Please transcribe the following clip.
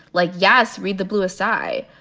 like, yes, read the bluest eye,